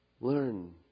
learn